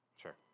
Sure